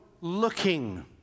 looking